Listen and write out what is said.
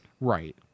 Right